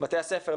בתי הספר,